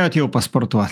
atėjau pasportuot